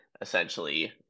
essentially